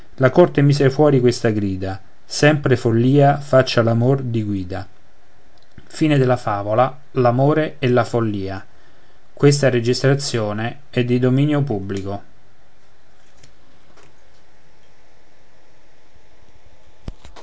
la corte mise fuori questa grida sempre follia faccia all'amor di guida e